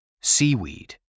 seaweed